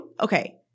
okay